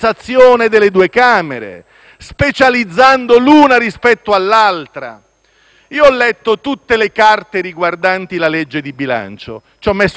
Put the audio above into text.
Ho letto tutte le carte riguardanti la legge di bilancio; ci ho messo tempo, faccio fatica a leggere e a capire. C'è, per esempio, un'innovazione